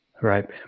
Right